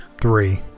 three